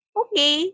okay